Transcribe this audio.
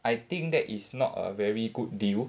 I think that is not a very good deal